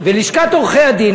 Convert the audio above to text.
לשכת עורכי-הדין,